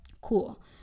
Cool